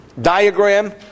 diagram